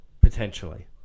Potentially